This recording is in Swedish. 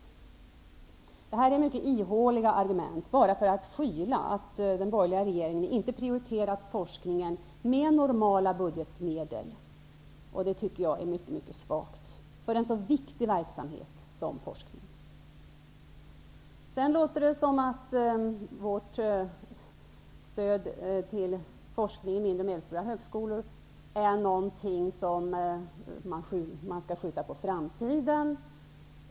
Rune Rydén framför mycket ihåliga argument bara för att skyla över att den borgerliga regeringen inte har priorierat forskningen med normala budgetmedel. Det tycker jag är mycket svagt när det gäller en så viktig verksamhet som forskning. Vidare låter det som att stödet till forskningen vid de mindre och medelstora högskolorna är något som skall skjutas på framtiden.